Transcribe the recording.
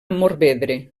morvedre